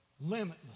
limitless